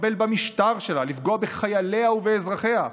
לחבל במשטר שלה, לפגוע בחייליה ובאזרחיה.